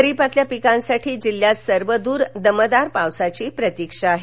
खरिपातील पिकांसाठी जिल्ह्यात सर्वदूर दमदार पावसाची प्रतीक्षा आहे